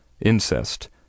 incest